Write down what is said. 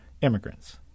immigrants